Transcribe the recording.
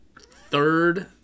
third